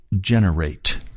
generate